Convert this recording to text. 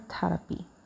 therapy